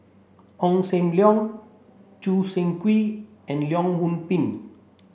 Ong Sam Leong Choo Seng Quee and Leong Yoon Pin